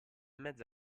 mezzo